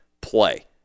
play